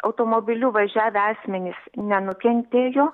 automobiliu važiavę asmenys nenukentėjo